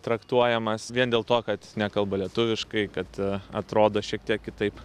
traktuojamas vien dėl to kad nekalba lietuviškai kad atrodo šiek tiek kitaip